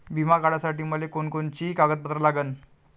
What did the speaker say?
बिमा काढासाठी मले कोनची कोनची कागदपत्र लागन?